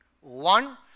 One